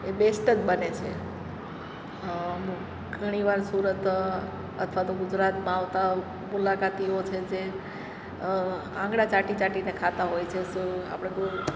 એ best જ બને છે ઘણીવાર સુરત અથવા તો ગુજરાતમાં આવતા મુલાકાતીઓ છે જે આંગળા ચાટી ચાટીને ખાતાં હોય છે સો આપણે